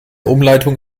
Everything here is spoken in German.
umleitung